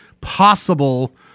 possible